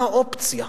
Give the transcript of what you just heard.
מה האופציה?